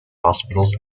hospitals